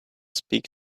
speak